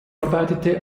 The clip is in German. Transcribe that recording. arbeitete